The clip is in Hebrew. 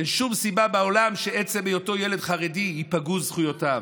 אין שום סיבה בעולם שבשל עצם היותו ילד חרדי ייפגעו זכויותיו.